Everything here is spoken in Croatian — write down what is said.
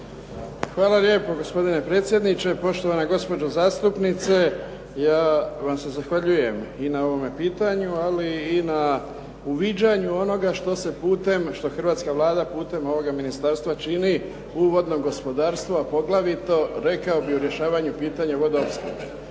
Hvala lijepo gospodine predsjedniče. Poštovana gospođo zastupnice ja vam se zahvaljujem i na ovome pitanju, ali i na uviđanju što se putem, što hrvatska Vlada putem ovoga ministarstva čini u vodnom gospodarstvu, a poglavito rekao bih u rješavanju pitanja vodoopskrbe.